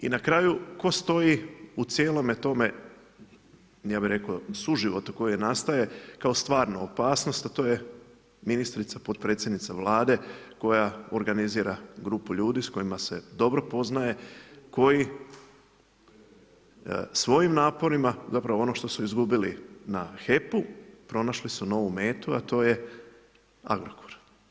I na kraju tko stoji u cijelome tome, ja bih rekao suživotu koji nastaje kao stvarna opasnost, a to je ministrica potpredsjednica Vlade koja organizira grupu ljudi s kojima se dobro poznaje, koji svojim naporima ono što su izgubili na HEP-u pronašli su novu metu, a to je Agrokor.